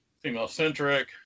female-centric